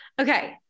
Okay